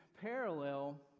parallel